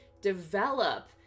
Develop